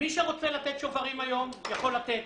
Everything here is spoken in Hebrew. מי שרוצה לתת שוברים היום יכול לתת.